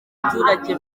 abaturage